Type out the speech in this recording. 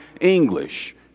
English